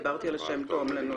דיברתי על השם תועמלנית.